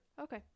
Okay